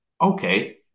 okay